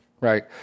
right